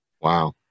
Wow